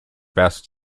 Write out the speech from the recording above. best